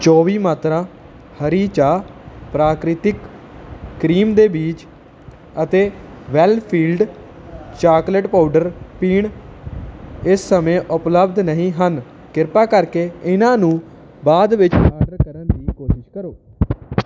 ਚੌਬੀ ਮਾਤਰਾ ਹਰੀ ਚਾਹ ਪ੍ਰਕ੍ਰਿਤੀਕ ਕਰੀਮ ਦੇ ਬੀਜ ਅਤੇ ਵੈੱਲਫ਼ੀਲਡ ਚਾਕਲੇਟ ਪਾਊਡਰ ਪੀਣ ਇਸ ਸਮੇਂ ਉਪਲੱਬਧ ਨਹੀਂ ਹਨ ਕ੍ਰਿਪਾ ਕਰਕੇ ਇਹਨਾਂ ਨੂੰ ਬਾਅਦ ਵਿੱਚ ਆਡਰ ਕਰਨ ਦੀ ਕੋਸ਼ਿਸ਼ ਕਰੋ